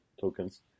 tokens